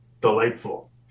delightful